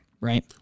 right